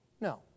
No